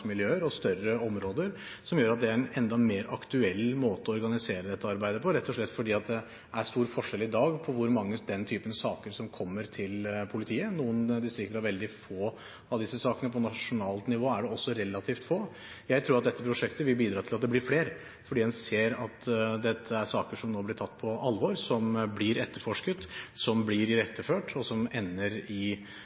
og større områder, som gjør at det er en enda mer aktuell måte å organisere dette arbeidet på, rett og slett fordi det i dag er stor forskjell på hvor mange av den typen saker som kommer til politiet. Noen distrikter har veldig få av disse sakene. På nasjonalt nivå er det også relativt få. Jeg tror at dette prosjektet vil bidra til at det blir flere, fordi en ser at dette er saker som nå blir tatt på alvor, som blir etterforsket, som blir iretteført, og som ender i